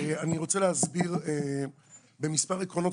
אני רוצה להסביר מספר עקרונות.